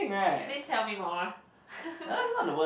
ah please tell me more